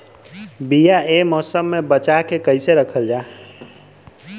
बीया ए मौसम में बचा के कइसे रखल जा?